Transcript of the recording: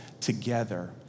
together